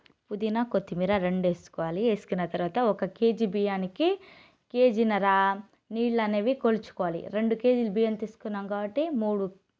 పుదీనా కొత్తిమీర రెండు వేసుకోవాలి వేసుకున్న తర్వాత ఒక కేజీ బియ్యానికి కేజీ నర్ర నీళ్లు అనేవి కొలుచుకోవాలి రెండు కేజీల బియ్యం తీసుకున్నాం కాబట్టి మూడు